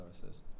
services